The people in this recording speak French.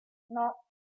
non